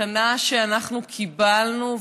מתנה שקיבלנו,